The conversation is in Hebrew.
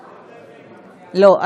לא,